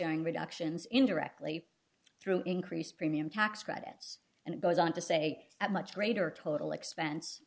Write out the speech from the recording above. ning reductions indirectly through increased premium tax credits and it goes on to say at much greater total expense